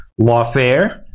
Lawfare